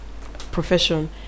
Profession